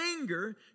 anger